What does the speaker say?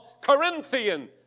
Corinthian